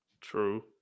True